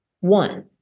one